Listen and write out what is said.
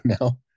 now